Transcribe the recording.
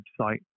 website